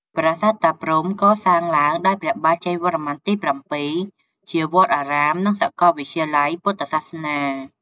ប្រាសាទតាព្រហ្ម កសាងឡើងដោយព្រះបាទជ័យវរ្ម័នទី ៧ ជាវត្តអារាម និងសកលវិទ្យាល័យពុទ្ធសាសនា។